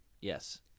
Yes